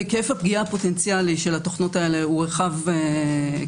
היקף הפגיעה הפוטנציאלי של התוכנות הללו הוא רחב היקף,